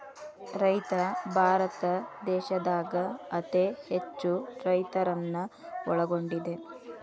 ರೈತ ಭಾರತ ದೇಶದಾಗ ಅತೇ ಹೆಚ್ಚು ರೈತರನ್ನ ಒಳಗೊಂಡಿದೆ